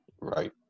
Right